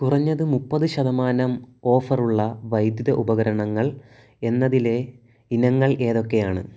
കുറഞ്ഞത് മുപ്പത് ശതമാനം ഓഫറുള്ള വൈദ്യുത ഉപകരണങ്ങൾ എന്നതിലെ ഇനങ്ങൾ ഏതൊക്കെയാണ്